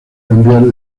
cambiar